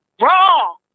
Wrong